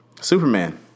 Superman